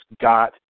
got